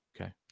Okay